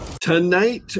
Tonight